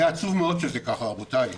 זה עצוב מאוד שזה ככה, רבותיי.